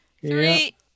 Three